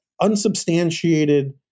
unsubstantiated